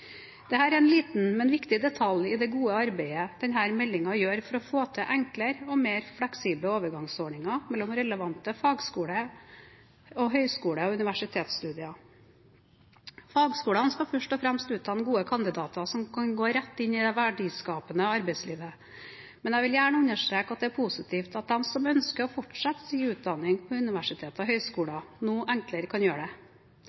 er en liten, men viktig detalj i det gode arbeidet denne meldingen gjør for å få til enklere og mer fleksible overgangsordninger mellom relevante fagskolestudier og høyskole- og universitetsstudier. Fagskolene skal først og fremst utdanne gode kandidater som kan gå rett inn i det verdiskapende arbeidslivet, men jeg vil gjerne understreke at det er positivt at de som ønsker å fortsette sin utdanning på universiteter og høyskoler, nå enklere kan gjøre det.